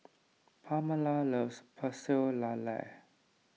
Pamala loves Pecel Lele